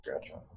Gotcha